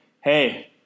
hey –